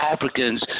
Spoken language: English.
Africans